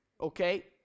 okay